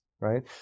right